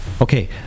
Okay